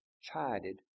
chided